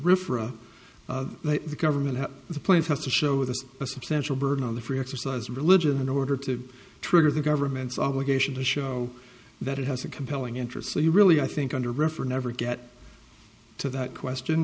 refresh the government the plaintiff has to show with us a substantial burden on the free exercise of religion in order to trigger the government's obligation to show that it has a compelling interest so you really i think under referent ever get to that question